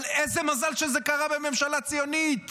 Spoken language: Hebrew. אבל איזה מזל שזה קרה בממשלה ציונית,